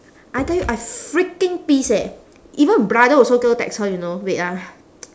I tell you I freaking pissed eh even brother also go text her you know wait ah